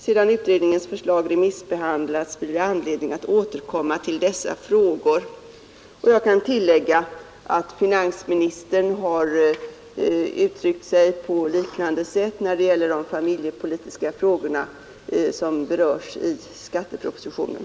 Sedan utredningens förslag remissbehandlats blir det anledning att återkomma till dessa frågor.” Jag kan tillägga att finansministern har uttryckt sig på liknande sätt när det gäller de familjepolitiska frågor som berörs i skattepropositionen.